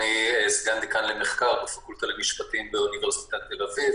סגן דיקאן למחקר בפקולטה למשפטים באוניברסיטת תל-אביב,